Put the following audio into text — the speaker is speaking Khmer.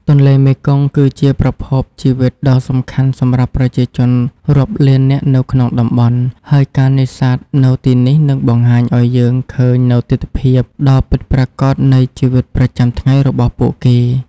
ទន្លេមេគង្គគឺជាប្រភពជីវិតដ៏សំខាន់សម្រាប់ប្រជាជនរាប់លាននាក់នៅក្នុងតំបន់ ហើយការនេសាទនៅទីនេះនឹងបង្ហាញឱ្យយើងឃើញនូវទិដ្ឋភាពដ៏ពិតប្រាកដនៃជីវិតប្រចាំថ្ងៃរបស់ពួកគេ។